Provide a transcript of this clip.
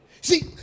See